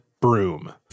broom